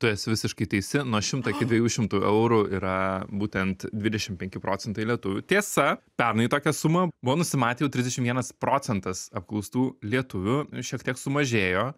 tu esi visiškai teisi nuo šimto iki dviejų šimtų eurų yra būtent dvidešim penki procentai lietuvių tiesa pernai tokią sumą buvo nusimatę jau trisdešim vienas procentas apklaustų lietuvių šiek tiek sumažėjo